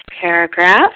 paragraph